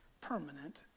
permanent